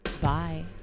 bye